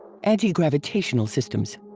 anti-gravitational systems.